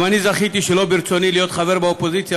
גם אני זכיתי שלא ברצוני להיות חבר באופוזיציה